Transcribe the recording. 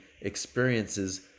experiences